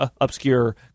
obscure